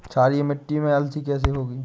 क्षारीय मिट्टी में अलसी कैसे होगी?